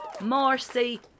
Marcy